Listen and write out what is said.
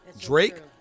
Drake